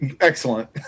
excellent